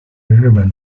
日本